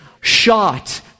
shot